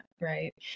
Right